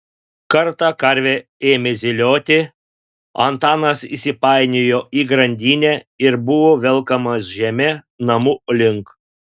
kartą karvė ėmė zylioti antanas įsipainiojo į grandinę ir buvo velkamas žeme namų link